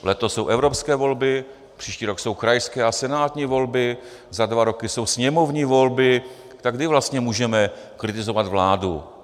Letos jsou evropské volby, příští rok jsou krajské a senátní volby, za dva roky jsou sněmovní volby, tak kdy vlastně můžeme kritizovat vládu?